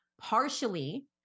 partially